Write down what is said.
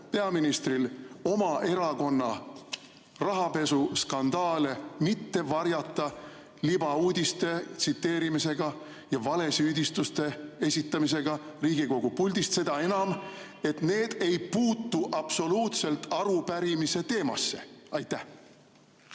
peaministril oma erakonna rahapesuskandaale mitte varjata libauudiste tsiteerimisega ja valesüüdistuste esitamisega Riigikogu puldist, seda enam, et need ei puutu absoluutselt arupärimise teemasse. Jaa,